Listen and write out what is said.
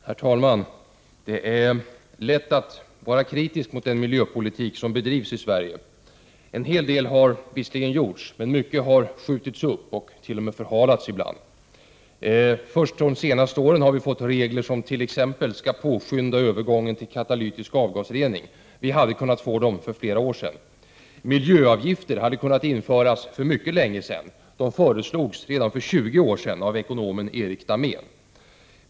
Herr talman! Det är lätt att vara kritisk mot den miljöpolitik som bedrivs i Sverige. En hel del har visserligen gjorts, men mycket har skjutits upp och t.o.m. förhalats. Först de senaste åren har vi fått regler som t.ex. skall påskynda övergången till katalytisk avgasrening. Vi hade kunnat få dem för flera år sedan. Miljöavgifter hade kunnat införas för mycket länge sedan. De föreslogs redan för 20 år sedan av ekonomen Erik Dahmén.